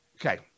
Okay